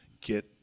get